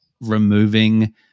removing